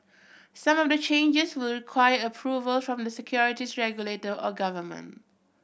some of the changes will require approval from the securities regulator or government